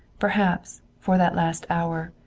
perhaps, for that last hour,